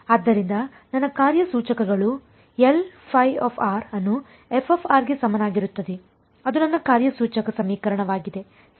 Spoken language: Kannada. ಆದ್ದರಿಂದ ನನ್ನ ಕಾರ್ಯಸೂಚಕಗಳು ಅನ್ನು ಗೆ ಸಮನಾಗಿರುತ್ತದೆ ಅದು ನನ್ನ ಕಾರ್ಯಸೂಚಕ ಸಮೀಕರಣವಾಗಿದೆ ಸರಿ